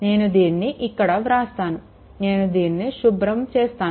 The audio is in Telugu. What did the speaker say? నేను దీనిని ఇక్కడ వ్రాస్తాను నేను దీనిని శుభ్రం చేస్తాను